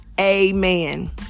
amen